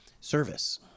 service